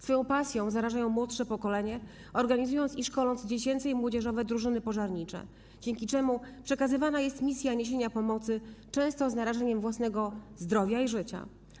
Swoją pasją zarażają młodsze pokolenie, organizując i szkoląc dziecięce i młodzieżowe drużyny pożarnicze, dzięki czemu przekazywana jest misja niesienia pomocy często z narażeniem własnego zdrowia i życia.